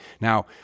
Now